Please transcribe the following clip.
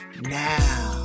now